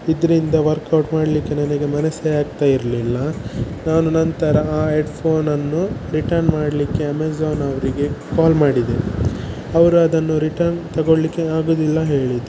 ಇದರಿಂದ ವರ್ಕ್ಔಟ್ ಮಾಡಲಿಕ್ಕೆ ನನಗೆ ಮನಸ್ಸೇ ಆಗ್ತಾ ಇರಲಿಲ್ಲ ನಾನು ನಂತರ ಆ ಎಡ್ಫೋನನ್ನು ರಿಟರ್ನ್ ಮಾಡಲಿಕ್ಕೆ ಅಮೇಝಾನ್ ಅವರಿಗೆ ಕಾಲ್ ಮಾಡಿದೆ ಅವರು ಅದನ್ನು ರಿಟರ್ನ್ ತಗೊಳಲಿಕ್ಕೆ ಆಗುದಿಲ್ಲ ಹೇಳಿದರು